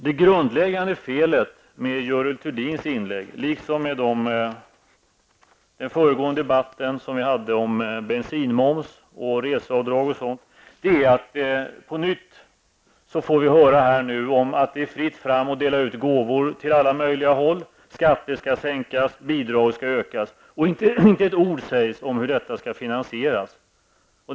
Det grundläggande felet med Görel Thurdins inlägg liksom med den föregående debatten om bensinmoms, reseavdrag, etc., är att vi får höra att det är fritt fram att dela ut gåvor åt alla möjliga håll: Skatter skall sänkas, och bidrag skall ökas. Inte ett ord sägs om hur det skall finansieras.